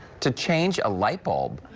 to change a lightbulb?